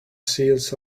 sills